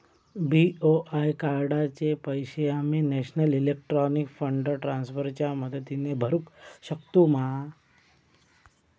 BOI कार्डाचे पैसे आम्ही नेशनल इलेक्ट्रॉनिक फंड ट्रान्स्फर च्या मदतीने भरुक शकतू मा?